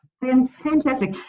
Fantastic